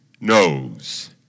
knows